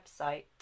website